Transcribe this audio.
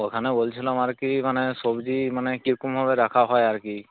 ওখানে বলছিলাম আর কি মানে সবজি মানে কীকমভাবে রাখা হয় আর কি